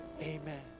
Amen